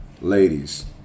Ladies